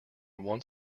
one